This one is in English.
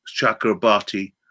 Chakrabarti